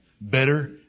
better